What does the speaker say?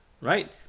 right